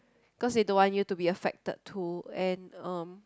cause they don't want you to be affected too and um